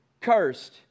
cursed